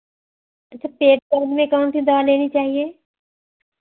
अच्छा पेट दर्द में कौन सी दवा लेनी चाहिए